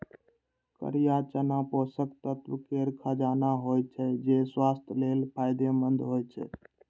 करिया चना पोषक तत्व केर खजाना होइ छै, तें स्वास्थ्य लेल फायदेमंद होइ छै